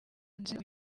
umukindo